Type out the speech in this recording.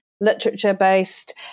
literature-based